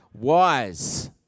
wise